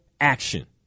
action